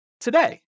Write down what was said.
today